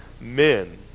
men